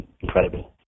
incredible